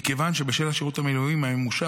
מכיוון שבשל שירות המילואים הממושך,